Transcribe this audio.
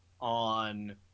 on